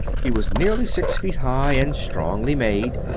he was nearly six feet high, and strongly made,